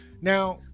now